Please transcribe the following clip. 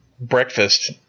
breakfast